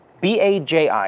BAJI